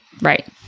Right